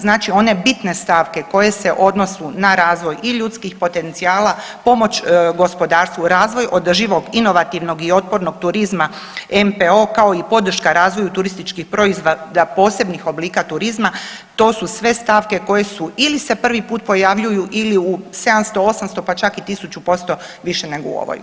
Znači one bitne stavke koje se odnose na razvoj i ljudskih potencijala, pomoć gospodarstvu, razvoj održivog inovativnog i otpornog turizma MPO kao i podrška razvoju turističkih proizvoda posebnih oblika turizma to su sve stavke koje su ili se prvi put pojavljuju ili u 700, 800 pa čak i 1000% više nego u ovoj godini.